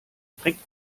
streckte